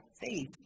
faith